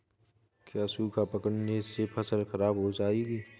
क्या सूखा पड़ने से फसल खराब हो जाएगी?